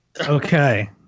Okay